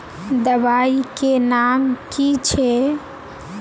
दबाई के नाम की छिए?